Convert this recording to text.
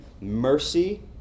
mercy